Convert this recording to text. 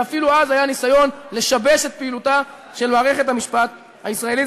ואפילו אז היה ניסיון לשבש את פעילותה של מערכת המשפט הישראלית,